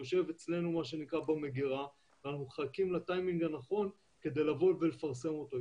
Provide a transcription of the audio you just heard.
יושב אצלנו מה שנקרא במגרה ואנחנו מחכים לטיימינג הנכון כדי לפרסם אותו.